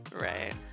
Right